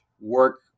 work